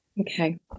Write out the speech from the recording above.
Okay